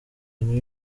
new